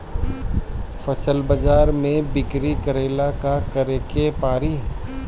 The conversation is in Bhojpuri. फसल बाजार मे बिक्री करेला का करेके परी?